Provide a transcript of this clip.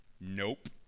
Nope